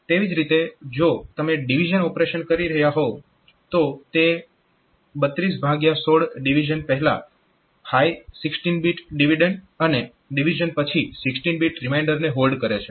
તેવી જ રીતે જો તમે ડિવિઝન ઓપરેશન કરી રહ્યા હોવ તો તે 3216 ડિવિઝન પહેલા હાય 16 બીટ ડિવિડન્ડ અને ડિવિઝન પછી 16 બીટ રીમાઇન્ડર ને હોલ્ડ કરે છે